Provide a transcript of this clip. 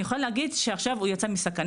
אני יכולה להגיד שעכשיו הוא יצא מסכנה,